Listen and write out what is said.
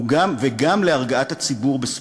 וגם להרגעת הציבור בסביבתו.